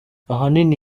ahanini